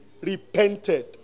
repented